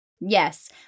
Yes